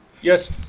yes